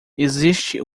existe